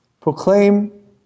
proclaim